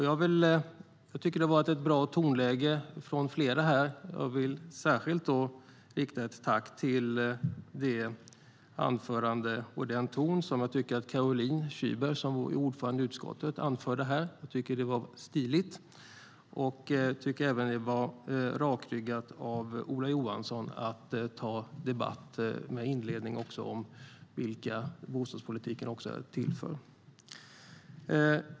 Jag tycker att det har varit ett bra tonläge från flera här, och jag vill särskilt rikta ett tack till Caroline Szyber, som är ordförande i utskottet, för den ton hon hade i sitt anförande. Jag tycker att det var stiligt. Jag tycker även att det var rakryggat av Ola Johansson att inleda med att ta upp vilka bostadspolitiken också är till för.